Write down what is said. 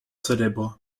célèbres